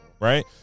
Right